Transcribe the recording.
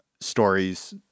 stories